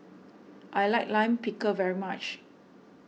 I like Lime Pickle very much